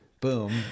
Boom